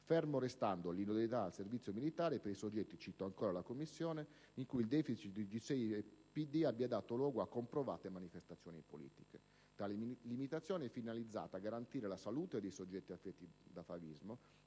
fermo restando l'inidoneità al servizio militare per i soggetti con «deficit di G6PD che abbia dato luogo a comprovate manifestazioni emolitiche». Tale limitazione è finalizzata a garantire la salute dei soggetti affetti da favismo